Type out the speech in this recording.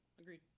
agreed